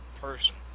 person